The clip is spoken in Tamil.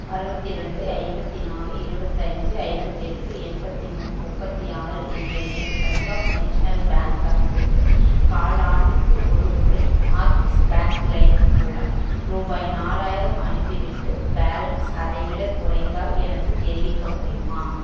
அறுபத்திரெண்டு ஐம்பத்தினாலு இருபத்தஞ்சு ஐம்பத்தெட்டு எண்பத்தி மூணு முப்பத்து ஆறு என்ற என் பஞ்சாப் நேஷனல் பேங்க் கணக்குக்கு காலாண்டுக்கு ஒருமுறை ஆக்கிஸ் பேங்க் லைம் மூலம் ரூபாய் நாலாயிரம் அனுப்பிவிட்டு பேலன்ஸ் அதைவிடக் குறைந்தால் எனக்குத் தெரிவிக்க முடியுமா